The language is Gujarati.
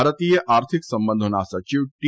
ભારતીય આર્થિક સંબંધોના સચિવ ટી